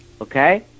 Okay